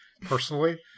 personally